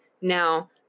Now